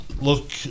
look